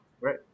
Right